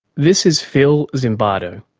this is phil zimbardo.